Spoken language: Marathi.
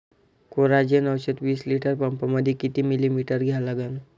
कोराजेन औषध विस लिटर पंपामंदी किती मिलीमिटर घ्या लागन?